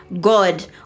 God